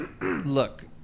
Look